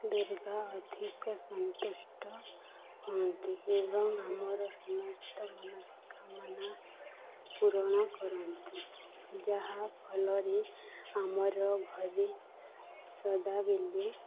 ଦୂର୍ଗା ଅଧିକ ସନ୍ତୁଷ୍ଟ ହୁଅନ୍ତି ଏବଂ ଆମର ସମସ୍ତ ମନସ୍କାମନା ପୂରଣ କରନ୍ତି ଯାହା ଫଳରେ ଆମର ଘରେ ସଦାବେଳେ